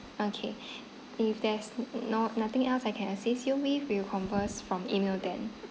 okay if there's not~ nothing else I can assist you with we will converse from email then